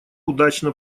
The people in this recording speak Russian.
удачно